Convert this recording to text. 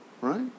Right